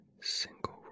single